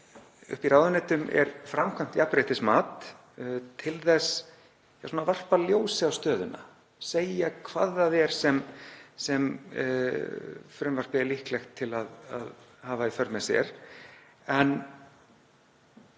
uppi í ráðuneytum er framkvæmt jafnréttismat til að varpa ljósi á stöðuna, segja hvað það er sem frumvarpið er líklegt til að hafa í för með sér.